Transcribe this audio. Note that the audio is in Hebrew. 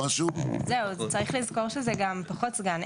זהו, צריך לזכור שזה גם פחות סגן.